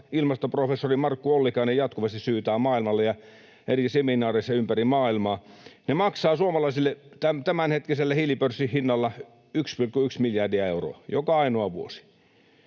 ilmastoprofessori Markku Ollikainen jatkuvasti syytää maailmalle eri seminaareissa ympäri maailmaa, maksavat suomalaisille tämänhetkisellä hiilipörssin hinnalla 1,1 miljardia euroa joka ainoa vuosi.